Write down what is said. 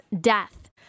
death